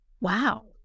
Wow